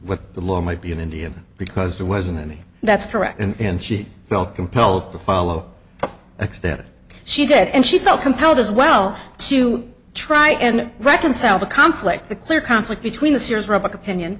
what the law might be in india because there wasn't any that's correct and she felt compelled to follow that she did and she felt compelled as well to try and reconcile the conflict the clear conflict between the sears roebuck opinion